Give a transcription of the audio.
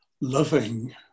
loving